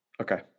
Okay